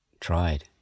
tried